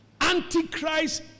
antichrist